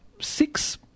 six